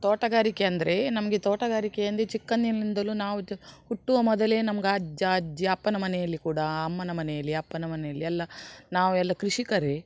ತೋಟಗಾರಿಕೆ ಅಂದರೆ ನಮಗೆ ತೋಟಗಾರಿಕೆ ಅಂದು ಚಿಕ್ಕಂದಿನಿಂದಲೂ ನಾವು ಇದು ಹುಟ್ಟುವ ಮೊದಲೇ ನಮ್ಗೆ ಅಜ್ಜ ಅಜ್ಜಿ ಅಪ್ಪನ ಮನೆಯಲ್ಲಿ ಕೂಡ ಅಮ್ಮನ ಮನೆಯಲ್ಲಿ ಅಪ್ಪನ ಮನೆಯಲ್ಲಿ ಎಲ್ಲಾ ನಾವೆಲ್ಲ ಕೃಷಿಕರೇ